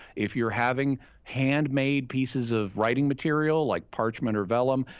if you are having hand made pieces of writing material, like parchment or velum,